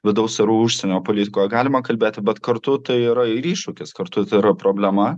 vidaus ir užsienio politikoje galima kalbėti bet kartu tai yra iššūkis kartu tai yra problema